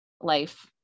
life